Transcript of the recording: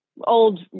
old